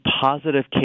positive